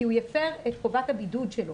כי הוא יפר את חובת הבידוד שלו.